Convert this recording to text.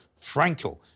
Frankel